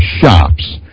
shops